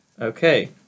Okay